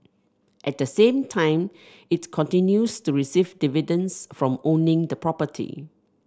at the same time it continues to receive dividends from owning the property